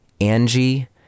Angie